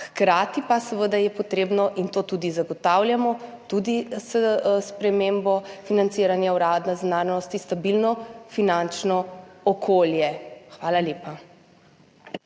Hkrati pa je seveda potrebno, in to zagotavljamo, tudi s spremembo financiranja Urada za narodnosti, stabilno finančno okolje. Hvala lepa.